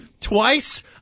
twice